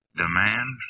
demand